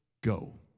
go